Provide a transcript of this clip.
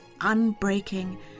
unbreaking